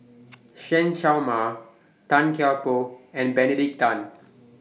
Chen Show Mao Tan Kian Por and Benedict Tan